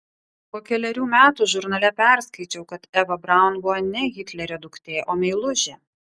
po kelerių metų žurnale perskaičiau kad eva braun buvo ne hitlerio duktė o meilužė